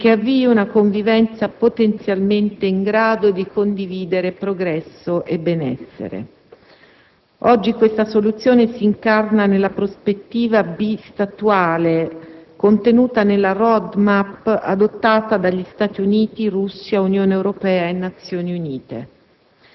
e avvii una convivenza potenzialmente in grado di condividere progresso e benessere. Oggi questa soluzione si incarna nella prospettiva bi-statuale, contenuta nella Roadmap adottata da Stati Uniti, Russia, Unione Europea e Nazioni Unite: